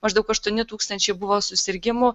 maždaug aštuoni tūkstančiai buvo susirgimų